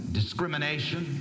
discrimination